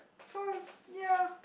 sorry ya